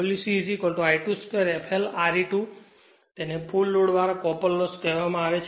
Wc I2 2 fl Re2 તેને full load વાળા copper loss કહેવામાં આવે છે